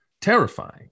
terrifying